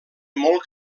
molt